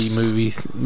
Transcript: movies